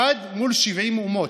אחד מול 70 אומות,